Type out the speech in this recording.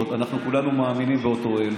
אנחנו כולנו מאמינים באותו אל,